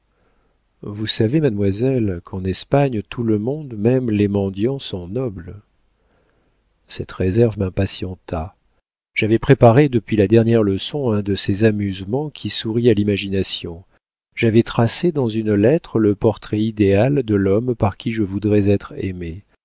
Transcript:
vous savez mademoiselle qu'en espagne tout le monde même les mendiants sont nobles cette réserve m'impatienta j'avais préparé depuis la dernière leçon un de ces amusements qui sourient à l'imagination j'avais tracé dans une lettre le portrait idéal de l'homme par qui je voudrais être aimée